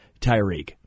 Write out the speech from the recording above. Tyreek